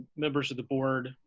members of the board,